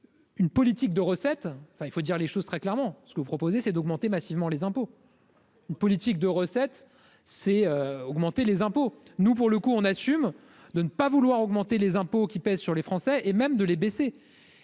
Une politique de recettes, enfin il faut dire les choses très clairement ce que vous proposez, c'est d'augmenter massivement les impôts. Politique de recettes, c'est augmenter les impôts, nous, pour le coup, on assume de ne pas vouloir augmenter les impôts qui pèsent sur les Français et même de les baisser